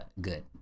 good